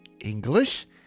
English